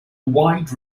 wide